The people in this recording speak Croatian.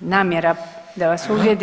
namjera da vas uvrijedim.